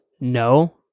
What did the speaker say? no